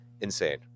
Insane